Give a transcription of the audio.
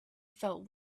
felt